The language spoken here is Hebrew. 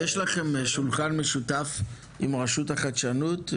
יש לכם שולחן משותף עם רשות החדשנות?